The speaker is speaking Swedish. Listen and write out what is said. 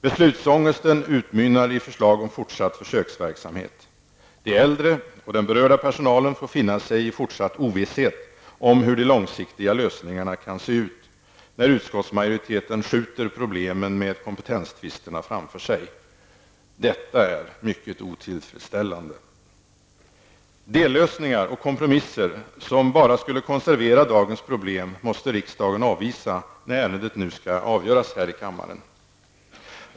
Beslutsångesten utmynnar i förslag om fortsatt försöksverksamhet. De äldre och den berörda personalen får finna sig i fortsatt ovisshet om hur de långsiktiga lösningarna kan se ut, när utskottsmajoriteten skjuter problemen med kompetenstvisterna framför sig. Detta är mycket otillfredsställande. Dellösningar och kompromisser, som bara skulle konservera dagens problem, måste riksdagen avvisa när ärendet nu skall avgöras här i kammaren.